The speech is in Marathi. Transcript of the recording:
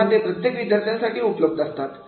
तेव्हा ते प्रत्येक विद्यार्थ्यांसाठी उपलब्ध असतात